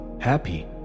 happy